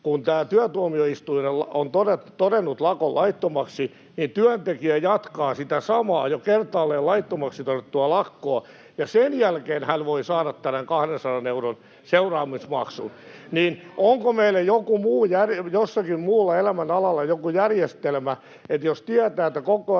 kun työtuomioistuin on todennut lakon laittomaksi, työntekijä jatkaa sitä samaa, jo kertaalleen laittomaksi todettua lakkoa, ja sen jälkeen hän voi saada tämän 200 euron seuraamusmaksun. [Markku Eestilä: Mikä on täysin oikein! — Välihuutoja oikealta] Onko meillä jossakin muulla elämänalalla joku järjestelmä, että jos tietää, että koko ajan